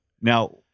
Now